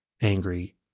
angry